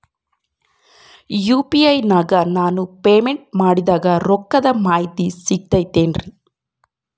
UPI ನಾಗ ನಾನು payment ಮಾಡಿದ ರೊಕ್ಕದ ಮಾಹಿತಿ ಸಿಕ್ತದೆ ಏನ್ರಿ?